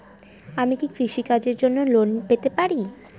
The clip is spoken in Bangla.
আমি কি কৃষি কাজের জন্য লোন পেতে পারি?